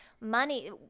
money